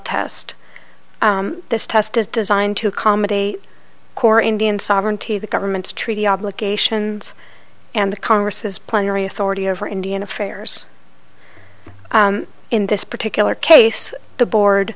test this test is designed to accommodate core indian sovereignty the government's treaty obligations and the congress has plenary authority over indian affairs in this particular case the board